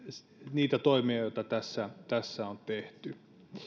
niitä toimia joita tässä on tehty